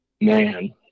Man